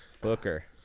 Booker